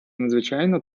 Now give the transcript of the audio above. надзвичайно